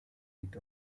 liegt